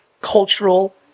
cultural